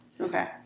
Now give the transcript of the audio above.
Okay